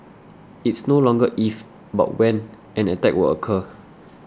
it's no longer if but when an attack would occur